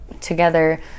together